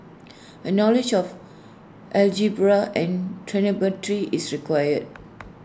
A knowledge of algebra and trigonometry is required